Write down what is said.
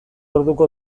orduko